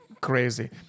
crazy